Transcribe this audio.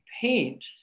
paint